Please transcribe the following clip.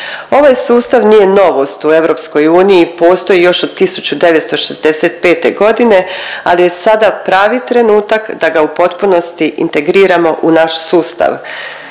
Ovaj sustav nije novost u EU, postoji još od 1965.g., ali je sada pravi trenutak da ga u potpunosti integriramo u naš sustav